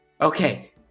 Okay